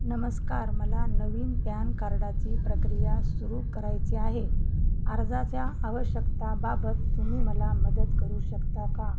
नमस्कार मला नवीन प्यान कार्डाची प्रक्रिया सुरू करायची आहे अर्जाच्या आवश्यकतांबाबत तुम्ही मला मदत करू शकता का